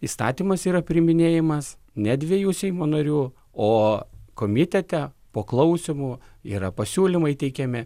įstatymas yra priiminėjamas ne dviejų seimo narių o komitete po klausymų yra pasiūlymai teikiami